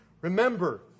Remember